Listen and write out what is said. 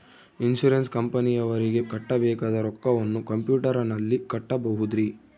Insurance ಕಂಪನಿಯವರಿಗೆ ಕಟ್ಟಬೇಕಾದ ರೊಕ್ಕವನ್ನು ಕಂಪ್ಯೂಟರನಲ್ಲಿ ಕಟ್ಟಬಹುದ್ರಿ?